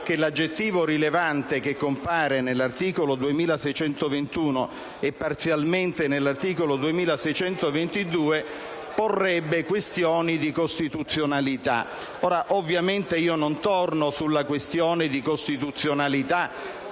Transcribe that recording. che l'aggettivo «rilevante», che compare nell'articolo 2621 e, parzialmente, nell'articolo 2622, porrebbe questioni di costituzionalità. Ovviamente, io non torno sulla questione di costituzionalità